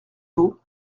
vaux